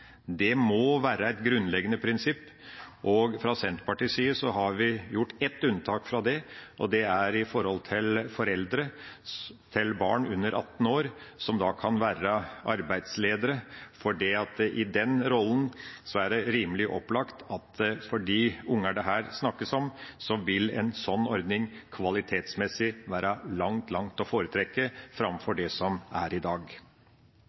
Det må være et grunnleggende prinsipp. Fra Senterpartiets side har vi gjort ett unntak fra det. Det gjelder foreldre til barn under 18 år, som kan være arbeidsledere, for det er rimelig opplagt at for de ungene det er snakk om, vil en slik ordning kvalitetsmessig være langt, langt å foretrekke framfor det som er i dag.